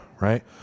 right